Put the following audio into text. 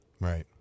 Right